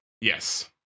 Yes